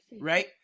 right